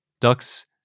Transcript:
Ducks